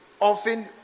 often